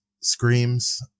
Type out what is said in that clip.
screams